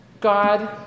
God